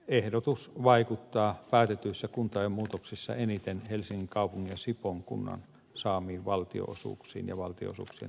ehdotus vaikuttaa päätetyissä kuntajaon muutoksissa eniten helsingin kaupungin ja sipoon kunnan saamiin valtionosuuksiin ja valtionosuuksien tasauksiin